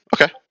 Okay